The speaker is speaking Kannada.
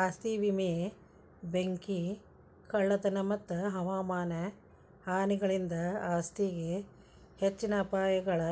ಆಸ್ತಿ ವಿಮೆ ಬೆಂಕಿ ಕಳ್ಳತನ ಮತ್ತ ಹವಾಮಾನ ಹಾನಿಗಳಿಂದ ಆಸ್ತಿಗೆ ಹೆಚ್ಚಿನ ಅಪಾಯಗಳ